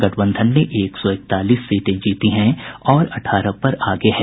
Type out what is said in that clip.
गठबंधन ने एक सौ इकतालीस सीटें जीती हैं और अठारह पर आगे है